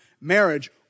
marriage –